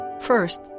First